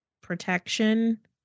protection